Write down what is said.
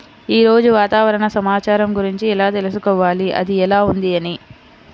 ఈరోజు వాతావరణ సమాచారం గురించి ఎలా తెలుసుకోవాలి అది ఎలా ఉంది అని?